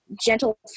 gentle